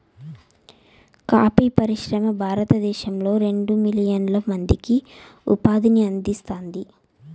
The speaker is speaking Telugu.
కాఫీ పరిశ్రమ భారతదేశంలో రెండు మిలియన్ల మందికి ఉపాధిని అందిస్తాంది